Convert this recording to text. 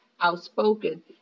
outspoken